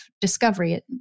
discovery